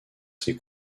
ses